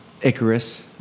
Icarus